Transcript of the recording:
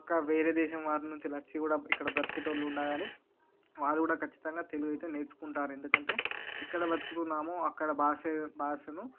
పక్కా వేరే దేశం వారునుంచి వచ్చి కూడా ఇక్కడ బ్రతికేటోళ్లు ఉన్నా కాని వాళ్లు కూడ ఖచ్చితంగా తెలుగైతే నేర్చుకుంటారు ఎందుకంటే ఇక్కడ బ్రతుకుతున్నాము అక్కడ భాషా భాషను